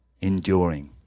enduring